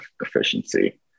efficiency